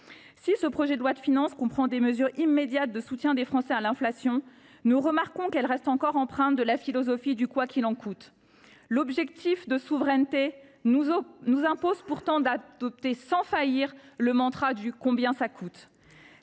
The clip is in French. Si ce projet de loi de finances comprend des mesures immédiates de soutien des Français face à l’inflation, nous remarquons que celles ci sont encore empreintes de la philosophie du « quoi qu’il en coûte ». L’objectif de souveraineté nous impose pourtant d’adopter sans faillir le mantra du « combien ça coûte ».